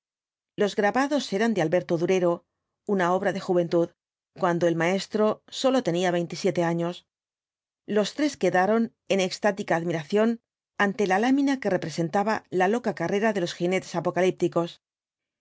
los grabados eran de alberto durero una obra de juventud cuando el maestro sólo tenía veintisiete años los tres quedaron en extática admiración ante la lámina que representaba la loca carrera de los jinetes apocalípticos